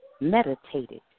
meditated